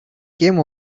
came